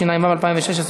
התשע"ו 2016,